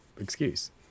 excuse